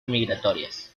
migratorias